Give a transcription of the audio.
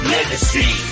Legacy